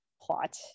plot